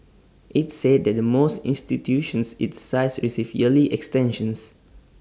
IT said that the most institutions its size receive yearly extensions